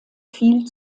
viel